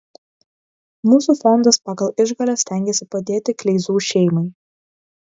mūsų fondas pagal išgales stengiasi padėti kleizų šeimai